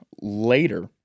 later